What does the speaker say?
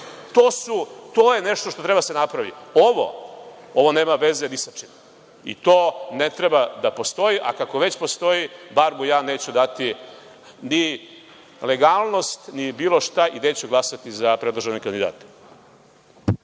To je nešto što treba da se napravi. Ovo, ovo nema veze ni sa čim i to ne treba da postoji, a kako već postoji, bar mu ja neću dati ni legalnost, ni bilo šta i neću glasati za predložene kandidate.